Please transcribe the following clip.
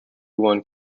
one